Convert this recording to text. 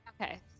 Okay